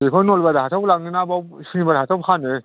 बेखौ नलबारि हाथायाव लाङोना बेयाव सुनिबार हाथायावनो फानो